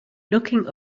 looking